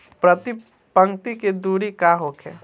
प्रति पंक्ति के दूरी का होखे?